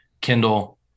Kindle